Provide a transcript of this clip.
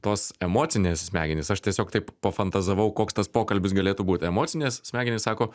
tos emocinės smegenys aš tiesiog taip pafantazavau koks tas pokalbis galėtų būt emocinės smegenys sako